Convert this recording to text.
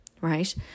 right